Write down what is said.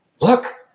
look